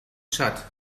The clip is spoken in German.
tschad